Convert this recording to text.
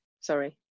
Sorry